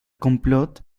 complot